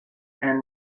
and